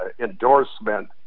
endorsement